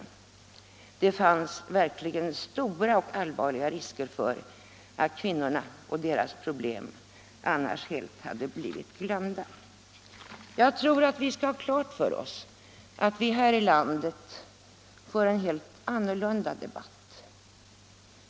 Det fanns verkligen stora och allvarliga risker för att kvinnorna och deras problem annars helt hade blivit glömda. Jag tror att vi skall ha klart för oss att vi här i landet för en helt annorlunda debatt.